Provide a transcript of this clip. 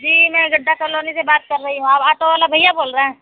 جی میں گڈھا کالونی سے بات کر رہی ہوں آپ آٹو والے بھیا بول رہے ہیں